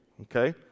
Okay